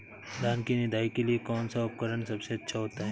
धान की निदाई के लिए कौन सा उपकरण सबसे अच्छा होता है?